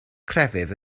crefydd